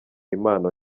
impano